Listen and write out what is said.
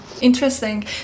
Interesting